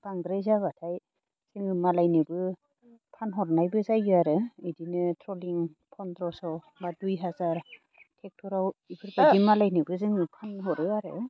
बांद्राय जाब्लाथाय जोङो मालायनोबो फानहरनायबो जायो आरो इदिनो थ्रलिंपन्द्रस' एबा दुइ हाजार ट्रेक्टराव इदि मालायनोबो जोङो फानहरो आरो